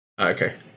okay